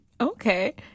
Okay